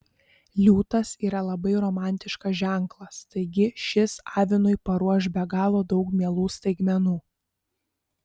liūtas yra labai romantiškas ženklas taigi šis avinui paruoš be galo daug mielų staigmenų